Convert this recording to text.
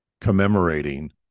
commemorating